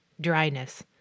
Dryness